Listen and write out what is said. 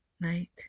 night